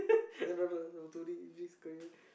son of daughter